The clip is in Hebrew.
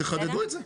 תחדדו את זה.